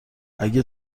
اگه